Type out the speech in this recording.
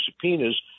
subpoenas